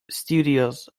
studios